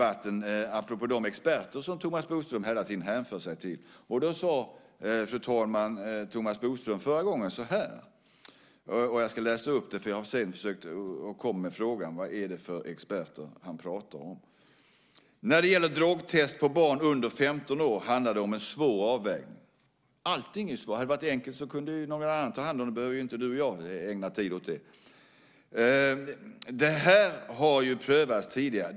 Apropå de experter som Thomas Bodström hela tiden hänvisade till, tittade jag också på den förra debatten. Jag ska läsa upp vad han sade och kommer sedan med frågan: Vad är det för experter han pratar om? Fru talman! Förra gången sade Thomas Bodström så här: När det gäller drogtest på barn under 15 år handlar det om en svår avvägning. Allting är ju svårt. Hade det varit enkelt kunde ju någon annan ha tagit hand om det. Då behövde inte du och jag ägna tid åt det. Vidare sade Thomas Bodström så här: Det här har prövats tidigare.